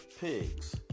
pigs